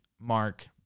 Mark